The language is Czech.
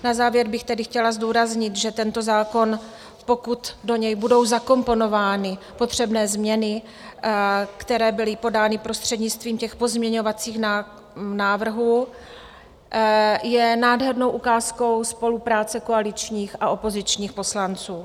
Na závěr bych tedy chtěla zdůraznit, že tento zákon, pokud do něj budou zakomponovány potřebné změny, které byly podány prostřednictvím pozměňovacích návrhů, je nádhernou ukázkou spolupráce koaličních a opozičních poslanců.